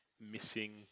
missing